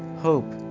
hope